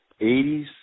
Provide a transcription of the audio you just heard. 80s